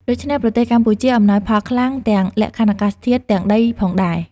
ដូច្នេះ ប្រទេសកម្ពុជាអំណោយផលខ្លាំង ទាំងលក្ខខណ្ឌអាកាសធាតុ ទាំងដី ផងដែរ ។